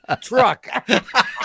Truck